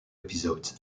episodes